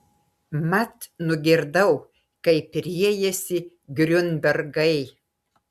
mat nugirdau kaip riejasi griunbergai